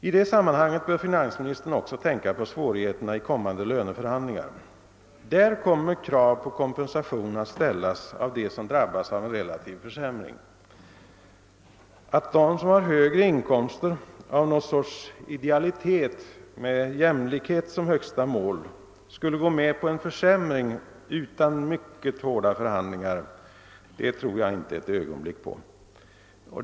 I det sammanhanget bör finansministern också tänka på svårigheterna vid kommande löneförhandlingar. Då kommer krav på kompensation att ställas av dem som drabbas av en relativ för sämring. Att de som har högre inkomster av någon sorts idealitet med jämlikhet som högsta mål skulle gå med på en försämring utan mycket hårda förhandlingar tror jag inte ett ögonblick på.